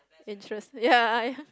interest ya ya